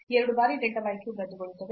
2 ಬಾರಿ delta y cube ರದ್ದುಗೊಳ್ಳುತ್ತದೆ